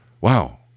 Wow